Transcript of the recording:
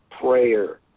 prayer